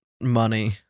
money